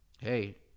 Hey